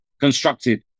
constructed